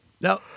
now